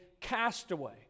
castaway